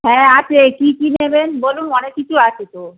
হ্যাঁ আছে কী কী নেবেন বলুন অনেক কিছু আছে তো